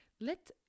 let